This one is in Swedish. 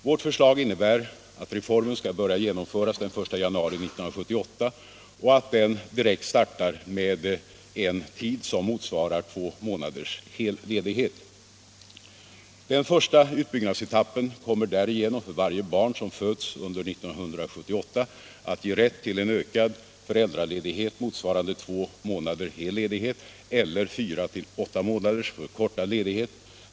Vårt förslag innebär att reformen skall börja genomföras den 1 januari 1978 och att den direkt startar med en tid som motsvarar två månaders hel ledighet. Den första utbyggnadsetappen kommer därigenom för varje barn som föds under 1978 att ge rätt till en ökad föräldraledighet motsvarande två månaders hel ledighet eller fyra till åtta månaders förkortad ledighet.